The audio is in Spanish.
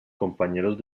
compañeros